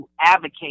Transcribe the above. advocate